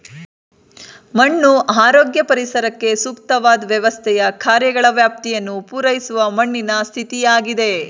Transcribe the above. ಮಣ್ಣು ಆರೋಗ್ಯ ಪರಿಸರಕ್ಕೆ ಸೂಕ್ತವಾದ್ ವ್ಯವಸ್ಥೆಯ ಕಾರ್ಯಗಳ ವ್ಯಾಪ್ತಿಯನ್ನು ಪೂರೈಸುವ ಮಣ್ಣಿನ ಸ್ಥಿತಿಯಾಗಿದೆ